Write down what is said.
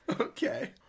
Okay